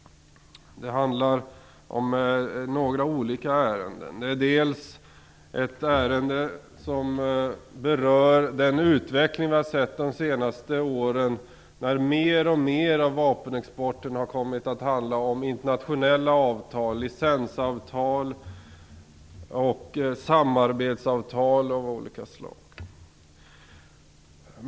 Det handlar om några olika ärenden, bl.a. ett ärende som berör den utveckling vi har sett de senaste åren, där mer och mer av vapenexporten har kommit att handla om internationella avtal, licensavtal och samarbetsavtal av olika slag.